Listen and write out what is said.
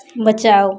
बचाओ